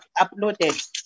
uploaded